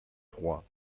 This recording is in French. trois